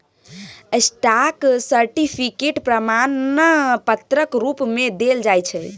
stock certificate प्रमाण पत्रक रुप मे देल जाइ छै